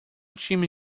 time